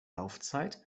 laufzeit